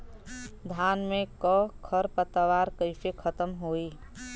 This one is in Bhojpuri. धान में क खर पतवार कईसे खत्म होई?